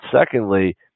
secondly